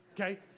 okay